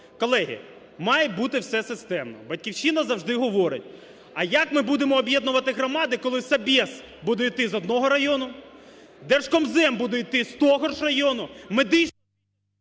Колеги, має бути все системно. "Батьківщина" завжди говорить: а як ми будемо об'єднувати громади, коли "собєз" буде йти з одного району, Держкомзем буде йти з того ж району… ГОЛОВУЮЧИЙ.